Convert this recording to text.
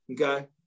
Okay